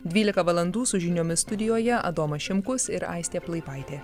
dvylika valandų su žiniomis studijoje adomas šimkus ir aistė plaipaitė